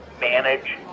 manage